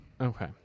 Okay